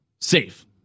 safe